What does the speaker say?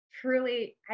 truly